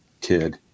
kid